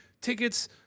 tickets